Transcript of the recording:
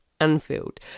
Anfield